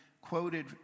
quoted